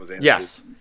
yes